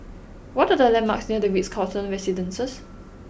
what are the landmarks near The Ritz Carlton Residences